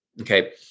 Okay